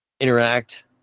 interact